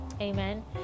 Amen